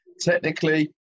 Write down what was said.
technically